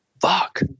Fuck